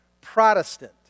Protestant